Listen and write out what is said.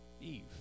Eve